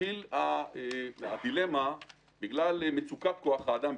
מתחילה דילמה בגלל מצוקת כוח אדם,